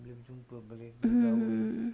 mm mm